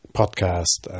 podcast